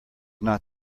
not